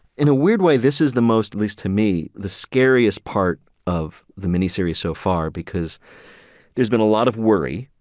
in a weird way, this is the most, least to me, the scariest part of the miniseries so far because there's been a lot of worry,